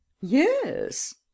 Yes